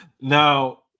Now